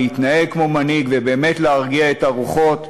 להתנהג כמו מנהיג ובאמת להרגיע את הרוחות,